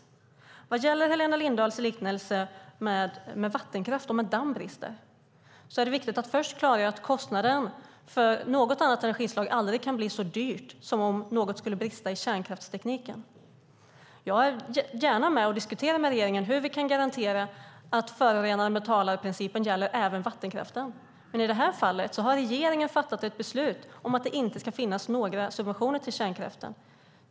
Vad gäller Helena Lindahls liknelse med vattenkraft om en damm brister är det viktigt att först klargöra att kostnaden för något annat energislag aldrig kan bli så hög som om något skulle brista i kärnkraftstekniken. Jag är gärna med och diskuterar med regeringen hur vi kan garantera att förorenaren-betalar-principen gäller även vattenkraften, men i det här fallet har regeringen fattat ett beslut om att det inte ska finnas några subventioner till kärnkraften.